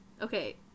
Okay